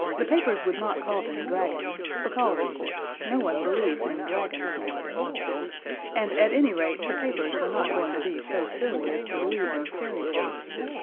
the papers would not call them dragons, because, of course, no one believes in dragons nowadays and at any rate the papers were not going to be so silly as to believe in fairy stories.